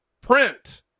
print